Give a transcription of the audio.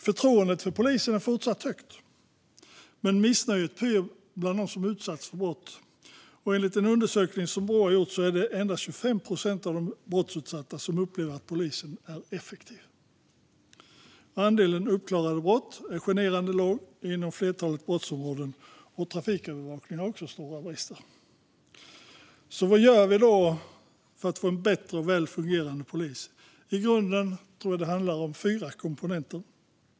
Förtroendet för polisen är fortfarande högt, men missnöjet pyr bland dem som utsatts för brott. Enligt en undersökning av Brå är det endast 25 procent av de brottsutsatta som upplever att polisen är effektiv. Andelen uppklarade brott är generande låg inom flertalet brottsområden, och trafikövervakningen har också stora brister. Vad gör vi då för att få en bättre och väl fungerande polis? I grunden handlar det om fyra komponenter.